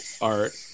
art